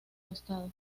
costado